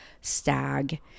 stag